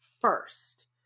First